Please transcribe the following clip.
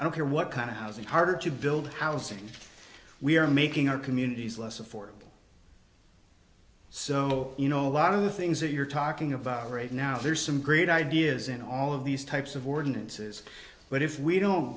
i don't care what kind of housing harder to build housing we are making our communities less affordable so you know a lot of the things that you're talking about right now there are some great ideas in all of these types of ordinances but if we don't